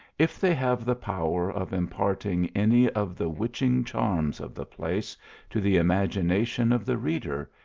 if they have the power of im parting any of the witching charms of the place to the imagination of the reader,